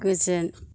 गोजोन